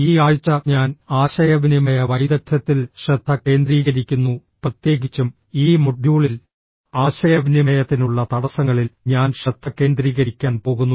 ഈ ആഴ്ച ഞാൻ ആശയവിനിമയ വൈദഗ്ധ്യത്തിൽ ശ്രദ്ധ കേന്ദ്രീകരിക്കുന്നു പ്രത്യേകിച്ചും ഈ മൊഡ്യൂളിൽ ആശയവിനിമയത്തിനുള്ള തടസ്സങ്ങളിൽ ഞാൻ ശ്രദ്ധ കേന്ദ്രീകരിക്കാൻ പോകുന്നു